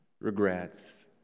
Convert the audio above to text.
regrets